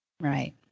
Right